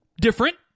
different